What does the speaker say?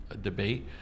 debate